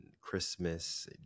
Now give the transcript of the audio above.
Christmas